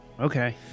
Okay